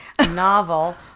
novel